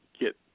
get